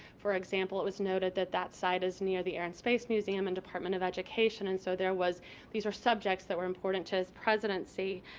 for example, it was noted that that site is near the air and space museum, and department of education, and so there was these are subjects that were important to his presidency.